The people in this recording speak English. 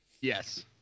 yes